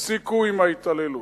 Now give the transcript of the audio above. תפסיקו את ההתעללות.